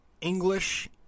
English